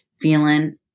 feeling